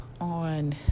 on